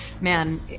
man